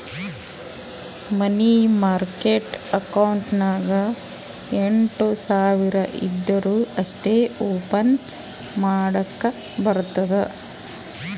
ಮನಿ market account ನಾಗ್ ಎಂಟ್ ಸಾವಿರ್ ಇದ್ದೂರ ಅಷ್ಟೇ ಓಪನ್ ಮಾಡಕ್ ಬರ್ತುದ